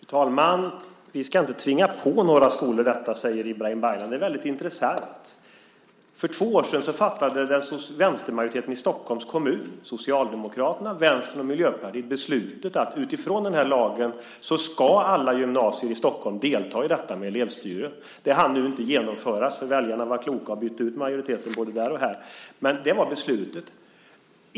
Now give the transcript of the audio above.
Fru talman! Vi ska inte tvinga på några skolor detta, säger Ibrahim Baylan. Det är väldigt intressant. För två år sedan fattade vänstermajoriteten i Stockholms kommun - Socialdemokraterna, Vänstern och Miljöpartiet - beslutet att utifrån den här lagen ska alla gymnasier i Stockholm delta i detta med elevstyre. Det hann nu inte genomföras, för väljarna var kloka och bytte ut majoriteten både där och här, men det var beslutet.